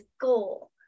goal